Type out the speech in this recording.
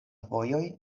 vojoj